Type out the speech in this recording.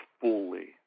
fully